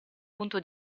punto